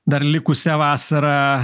dar likusią vasarą